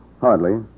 Hardly